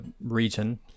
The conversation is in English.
region